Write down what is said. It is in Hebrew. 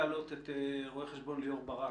ליאור ברק,